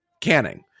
canning